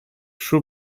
shoe